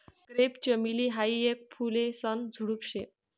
crepe चमेली हायी येक फुलेसन झुडुप शे